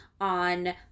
On